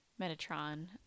Metatron